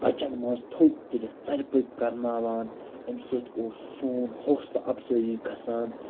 بَچن منٛز تھوٚد تُلِتھ ژَرِ پوٚپ کَرناوان اَمہِ سۭتۍ اوس سون حوصلہٕ اَفضٲیی گژھان